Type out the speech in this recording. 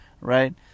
right